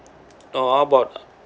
or how about